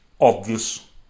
obvious